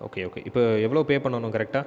okay okay இப்போ எவ்வளோ pay பண்ணணும் கரெக்ட்டாக